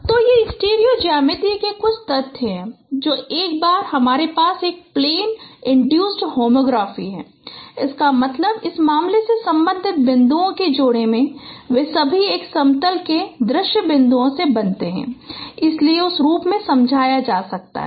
तो ये स्टीरियो ज्यामिति के कुछ तथ्य हैं जो एक बार हमारे पास एक प्लेन इन्ड्यूसड होमोग्राफी है इसका मतलब है इस मामले में संबंधित बिंदुओं के जोड़े वे सभी एक समतल के दृश्य बिंदुओं से बनते हैं इसलिए उस रूप से समझाया जाता है